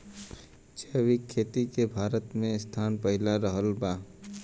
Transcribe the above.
जैविक खेती मे भारत के स्थान पहिला रहल बा